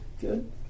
good